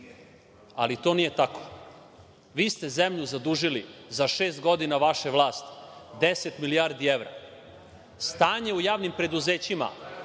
ali to nije tako. Vi ste zemlju zadužili za šest godina vaše vlasti 10 milijardi evra. Stanje u javnim preduzećima,